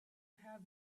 have